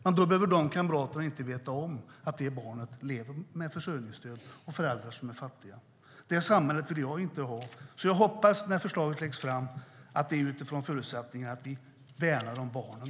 Men då behöver de kamraterna inte veta att de barnen lever med försörjningsstöd och föräldrar som är fattiga. Det samhället vill jag nämligen inte ha. Jag hoppas att förslaget, när det läggs fram, är utifrån förutsättningen att vi värnar om barnen.